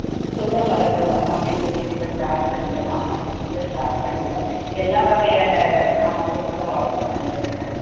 ம் சுகம் மருந்தகம் அப்படி சொல்லிட்டு இப்போ ஸ்டார்ட் பண்ணிக்கிறோம் ஆமாம் இப்போதான் ஸ்டார்ட் பண்ணிக்கிறோம் எல்லா வகையான ஆமாம் புதுசாக ஓப்பன் பண்ணிக்கிறங்க